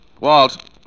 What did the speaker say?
Walt